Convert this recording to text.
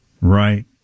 Right